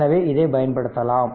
எனவே இதை பயன்படுத்தலாம்